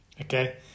Okay